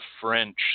French